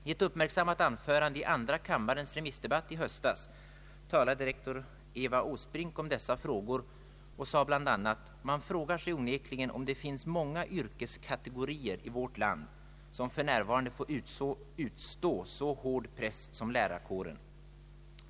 I ett uppmärksammat anförande i andra kammarens remissdebatt i höstas talade rektor Eva Åsbrink om dessa frågor och sade bl.a.: ”Man frågar sig onekligen om det finns många yrkeskategorier i vårt land som för närvarande får utstå så hård press, inte minst på sin arbetsplats, som lärarkåren.